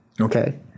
okay